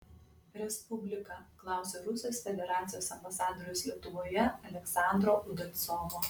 respublika klausė rusijos federacijos ambasadoriaus lietuvoje aleksandro udalcovo